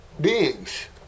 beings